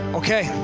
okay